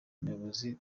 muyobozi